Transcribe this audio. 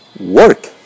work